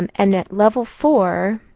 and and at level four,